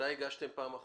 מתי לאחרונה הגשתם את